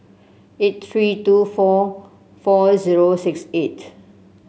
eight three two four four zero six eight